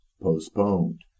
postponed